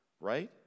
right